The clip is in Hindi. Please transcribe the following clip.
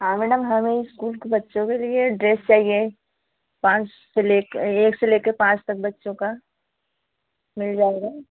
हाँ मैडम हमें इस्कूल के बच्चों के लिए ड्रेस चाहिए पाँच से ले कर एक से ले कर पाँच तक बच्चों का मिल जाएगा